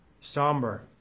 somber